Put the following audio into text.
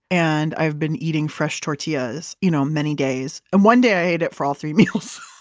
and i've been eating fresh tortillas you know, many days. and one day it it for all three meals.